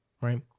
Right